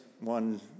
one